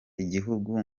igihugu